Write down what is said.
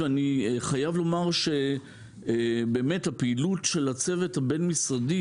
ואני חייב לומר שהפעילות של הצוות הבין-משרדי,